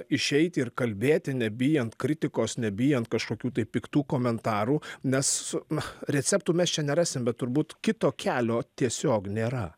išeiti ir kalbėti nebijant kritikos nebijant kažkokių tai piktų komentarų nes na receptų mes čia nerasim bet turbūt kito kelio tiesiog nėra